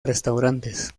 restaurantes